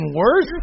worse